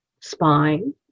spine